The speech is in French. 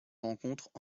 rencontrent